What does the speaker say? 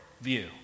view